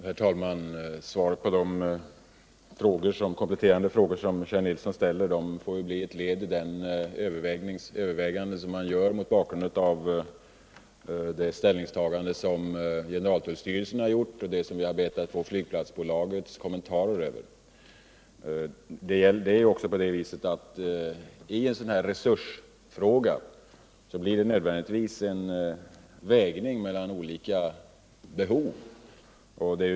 Herr talman! Svaret på Kjell Nilssons kompletterande frågor är att detta får bli ett led i de överväganden som görs mot bakgrund av det ställningstagande som generaltullstyrelsen gjort och som vi bett att få flygplatsbolagets kommentarer till. Det är här en fråga om resurser, och det måste då nödvändigtvis bli en avvägning mellan olika behov.